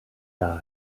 die